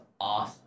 Awesome